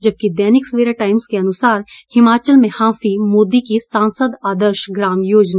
जबकि दैनिक सवेरा टाइम्स के अनुसार हिमाचल में हांफी मोदी की सांसद आदर्श ग्राम योजना